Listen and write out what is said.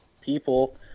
people